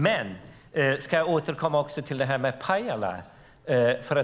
Jag ska också återkomma till detta med Pajala.